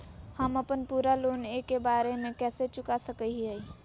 हम अपन पूरा लोन एके बार में कैसे चुका सकई हियई?